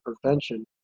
prevention